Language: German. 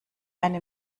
eine